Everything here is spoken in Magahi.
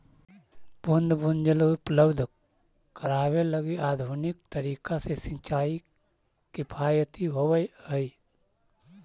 बूंद बूंद जल उपलब्ध करावे लगी आधुनिक तरीका से सिंचाई किफायती होवऽ हइ